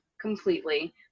completely